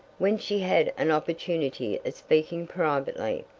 when she had an opportunity of speaking privately,